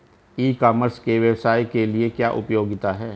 ई commerce के व्यवसाय के लिए क्या उपयोगिता है?